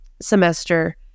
semester